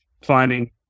finding